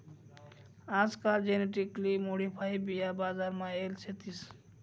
आजकाल genetically modified बिया बजार मा येल शेतीस